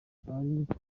nyacyo